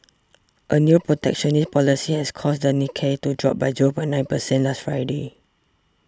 a new protectionist policy has caused the Nikkei to drop by zero point nine percent last Friday